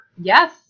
Yes